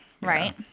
right